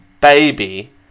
baby